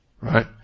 right